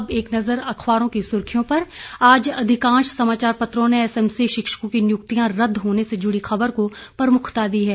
अब एक नजर अखबारों की सुर्खियों पर आज अधिकांश समाचार पत्रों ने एसएमसी शिक्षकों की नियुक्तियां रद्द होने से जुड़ी खबर को प्रमुखता दी है